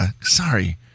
Sorry